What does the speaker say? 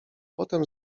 potem